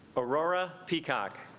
aurora peacock